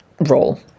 role